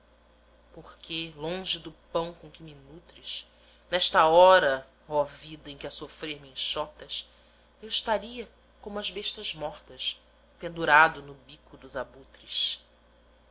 porque longe do pão com que me nutres nesta hora oh vida em que a sofrer me enxotas eu estaria como as bestas mortas pendurado no bico dos abutres